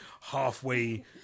halfway